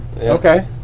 Okay